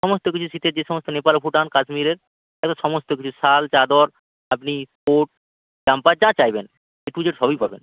সমস্ত কিছু শীতের যে সমস্ত নেপাল ভুটান কাশ্মীরের একদম সমস্ত কিছু শাল চাদর আপনি হুড জাম্পার যা চাইবেন এ টু জেড সবই পাবেন